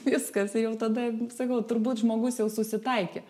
viskas jau tada sakau turbūt žmogus jau susitaikė